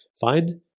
find